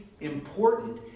important